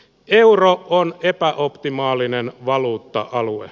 euro on epäoptimaalinen valuutta alue